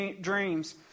dreams